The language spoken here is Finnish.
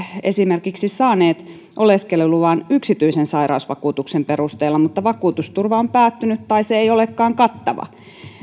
esimerkiksi saaneet oleskeluluvan yksityisen sairausvakuutuksen perusteella mutta joiden vakuutusturva on päättynyt tai se ei olekaan kattava